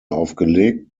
aufgelegt